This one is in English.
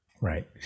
right